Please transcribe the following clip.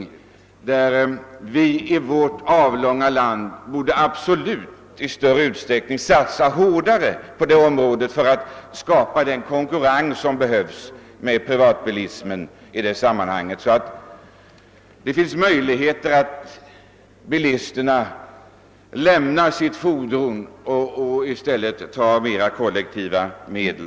Vi borde här i vårt avlånga land absolut satsa hårdare på en konkurrens med privatbilismen, så att bilägarna förmås lämna sina fordon hemma och i stället anlitar kollektiva transportmedel.